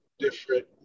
different